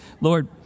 Lord